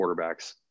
quarterbacks